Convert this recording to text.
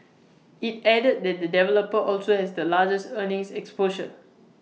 IT added that the developer also has the largest earnings exposure